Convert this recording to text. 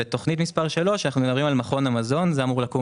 בתוכנית מספר 3 אנחנו מדברים על מכון המזון שאמור לקום